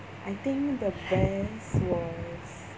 I think the best was